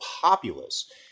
populace